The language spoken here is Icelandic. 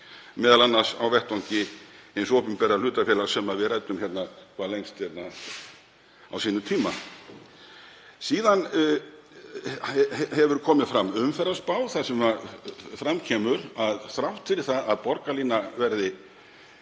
með, m.a. á vettvangi hins opinbera hlutafélags sem við ræddum hvað lengst hérna á sínum tíma. Síðan hefur komið fram umferðarspá þar sem fram kemur að þrátt fyrir að borgarlínan verði